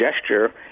gesture